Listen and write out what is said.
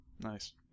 Nice